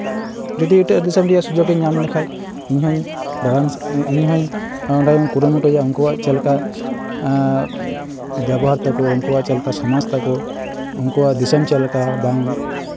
ᱡᱩᱫᱤ ᱮᱴᱟᱜ ᱫᱤᱥᱚᱢ ᱨᱮᱭᱟᱜ ᱥᱩᱡᱳᱜᱽ ᱤᱧ ᱧᱟᱢ ᱞᱮᱠᱷᱟᱱ ᱤᱧ ᱦᱚᱸ ᱫᱟᱬᱟᱱ ᱤᱧ ᱦᱚᱸ ᱚᱸᱰᱮᱧ ᱠᱩᱨᱩᱢᱩᱴᱩᱭᱟ ᱩᱱᱠᱩᱣᱟᱜ ᱪᱮᱫ ᱞᱮᱠᱟ ᱵᱮᱵᱚᱦᱟᱨ ᱛᱟᱠᱚ ᱩᱱᱠᱩᱣᱟᱜ ᱪᱮᱫ ᱞᱮᱠᱟ ᱥᱚᱢᱟᱡᱽ ᱛᱟᱠᱚ ᱩᱱᱠᱩᱣᱟᱜ ᱫᱤᱥᱚᱢ ᱪᱮᱫ ᱞᱮᱠᱟ ᱵᱟᱝ